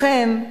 לכן,